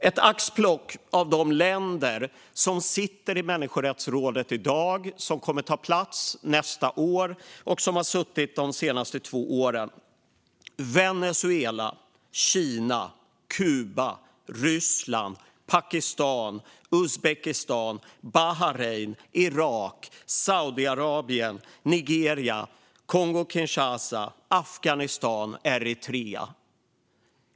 Ett axplock av de länder som sitter i människorättsrådet i dag, länder som kommer att ta plats nästa år och länder som har suttit där de senaste två åren: Venezuela, Kina, Kuba, Ryssland, Pakistan, Uzbekistan, Bahrain, Irak, Saudiarabien, Nigeria, Kongo-Kinshasa, Afghanistan och Eritrea.